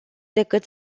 decât